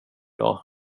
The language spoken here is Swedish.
dag